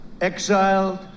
exiled